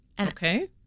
Okay